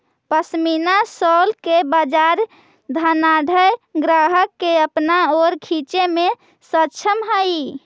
pashmina shawl के बाजार धनाढ्य ग्राहक के अपना ओर खींचे में सक्षम हई